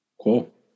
Cool